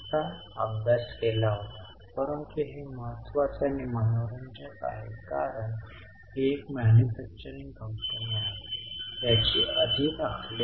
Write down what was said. म्हणूनच आपण खरेदीच्या दोन्ही प्रभावांचा विचार केला पाहिजे आणि घसारामुळे झालेली भर आणि कपात आणि निव्वळ परिणाम हा 34600 असेल